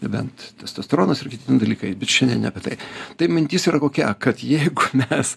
bent testosteronas ir kiti ten dalykai bet šiandien ne apie tai tai mintis yra tokia kad jeigu mes